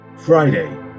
Friday